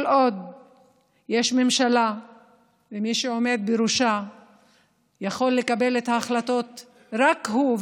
כל עוד יש ממשלה ומי שעומד בראשה יכול לקבל את ההחלטות רק הוא,